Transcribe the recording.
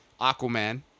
Aquaman